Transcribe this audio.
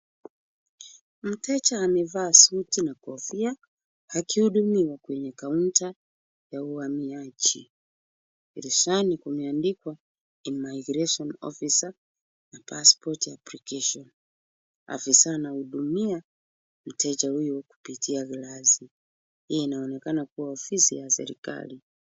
Mteja amevaa suti na kofia akihudumiwa kwenye kaunta ya uhamiaji. Dirishani kumeandikwa immigration officer na passport application . Afisa anahudumia mteja huyu kupitia glasi. Hii inaonekana kuwa ofisi ya serikali.